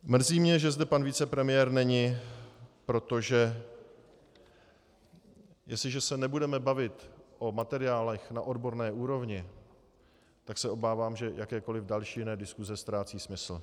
Mrzí mě, že zde pan vicepremiér není, protože jestliže se nebudeme bavit o materiálech na odborné úrovni, tak se obávám, že jakékoliv další jiné diskuse ztrácí smysl.